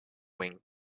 wing